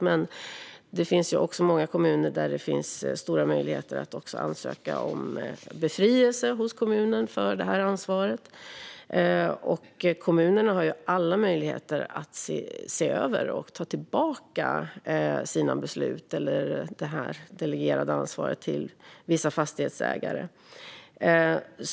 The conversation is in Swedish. Men det finns många kommuner där det finns stora möjligheter att ansöka om befrielse från detta ansvar. Och kommunerna har alla möjligheter att se över och ta tillbaka sina beslut eller det delegerade ansvaret till vissa fastighetsägare.